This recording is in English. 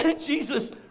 Jesus